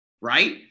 right